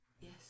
yes